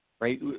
right